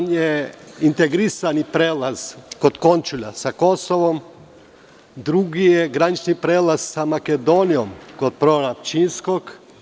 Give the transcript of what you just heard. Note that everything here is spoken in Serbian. Jedan je integrisani prelaz kod Končulja sa Kosovom, a drugi je granični prelaz sa Makedonijom kod Prohora Pčinjskog.